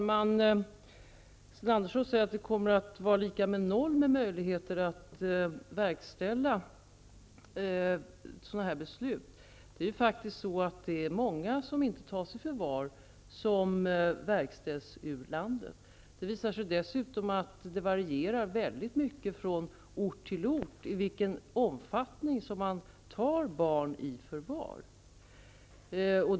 Herr talman! Sten Andersson i Malmö säger att möjligheterna att verkställa sådana beslut kommer att vara lika med noll. Det är faktiskt många som inte tas i förvar som förpassas ur landet. Det visar sig dessutom att det varierar väldigt mycket från ort till ort i vilken omfattning som man tar barn i förvar.